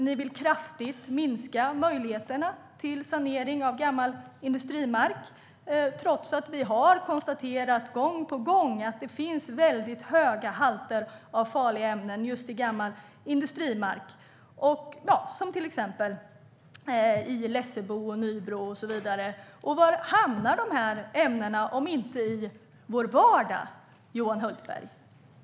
Ni vill kraftigt minska möjligheterna till sanering av gammal industrimark, Johan Hultberg, trots att vi gång på gång har konstaterat att det finns väldigt höga halter av farliga ämnen just i gammal industrimark, till exempel i Lessebo, Nybro och så vidare. Var hamnar dessa ämnen om inte i vår vardag, Johan Hultberg?